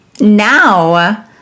now